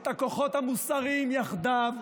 את הכוחות המוסריים יחדיו,